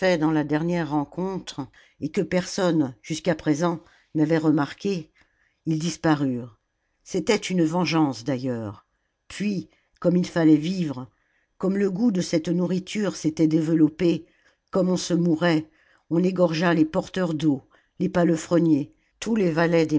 dans la dernière rencontre et que personne jusqu a présent n avait remarques r ils disparurent c'était une vengeance d'ailleurs puis comme il fallait vivre comme le goût de cette nourriture s'était développé comme on se mourait on égorgea les porteurs d'eau les palefreniers tous les